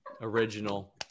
Original